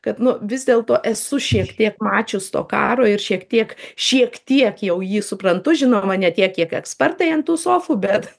kad nu vis dėlto esu šiek tiek mačius to karo ir šiek tiek šiek tiek jau jį suprantu žinoma ne tiek kiek ekspertai ant tų sofų bet